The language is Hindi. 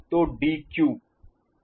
तो d क्यूब d 4